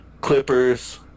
Clippers